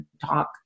talk